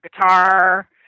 guitar